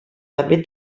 també